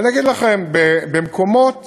אגיד לכם, במקומות